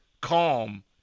calm